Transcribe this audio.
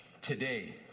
today